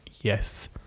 yes